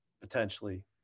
potentially